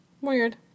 Weird